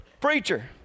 preacher